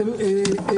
תודה.